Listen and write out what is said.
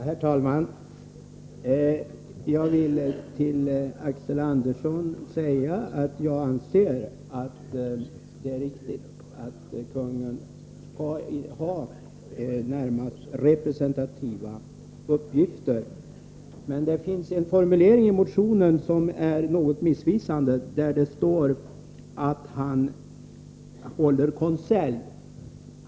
Herr talman! Jag vill säga till Axel Andersson att jag anser att det är riktigt att kungen skall ha närmast representativa uppgifter. Men det finns en formulering i motionen som är något missvisande. Det talas där om att kungen håller konselj.